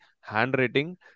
handwriting